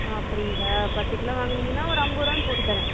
ஆ அப்படிங்களா பத்துக்கிலோ வாங்கினீங்கன்னா ஒரு அம்பதுரூவான்னு போட்டுத்தரேன்